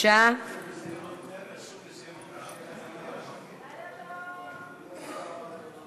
ההצעה להעביר את הצעת חוק למניעת הטרדה מינית (תיקון מס'